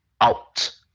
out